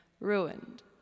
ruined